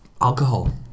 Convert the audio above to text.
alcohol